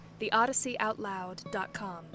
theodysseyoutloud.com